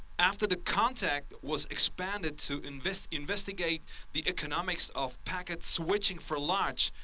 after the contact was expanded to investigate investigate the economics of packet switching for large